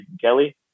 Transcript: Kelly